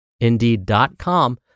indeed.com